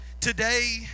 today